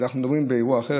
אנחנו מדברים באירוע אחר,